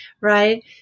Right